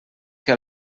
que